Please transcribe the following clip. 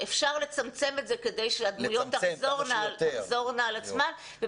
אפשר לצמצם את זה כדי שהדמויות תחזורנה על עצמן.